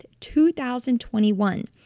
2021